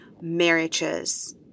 marriages